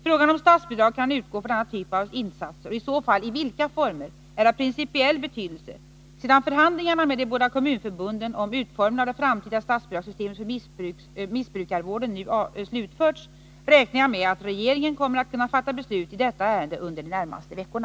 Frågan om statsbidrag kan utgå för denna typ av insatser, och i så fall i vilka former, är av principiell betydelse. Sedan förhandlingarna med de båda kommunförbunden om utformningen av det framtida statsbidragssystemet för missbrukarvården nu slutförts, räknar jag med att regeringen kommer att kunna fatta beslut i detta ärende under de närmaste veckorna.